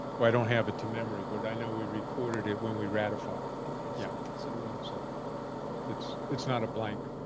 well i don't have it to memory but i know we reported it when we ratified. okay, yeah so. yeah. so it's it's not a blank.